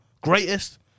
greatest